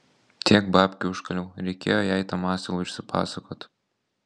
tiek babkių užkaliau reikėjo jai tam asilui išsipasakot